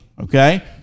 okay